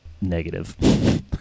negative